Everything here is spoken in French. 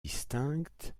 distinctes